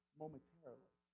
momentarily